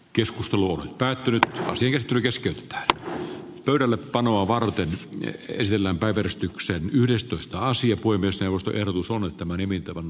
keskustelu on päättynyt kirjaston keskeltä törölle panoa varten ettei sillä ole eristykseen yhdestoista asia kuin myös eusta erotus on että moni lausumaehdotuksia